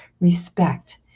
respect